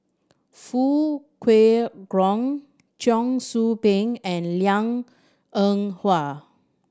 Foo Kwee Cheong Soo Pieng and Liang Eng Hwa